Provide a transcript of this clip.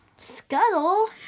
scuttle